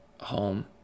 home